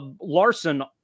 Larson